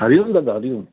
हरिओम दादा हरिओम